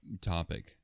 topic